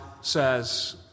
says